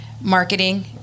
marketing